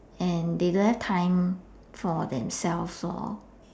and they don't have time for themselves lor